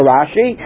Rashi